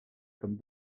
comme